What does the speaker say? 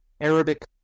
Arabic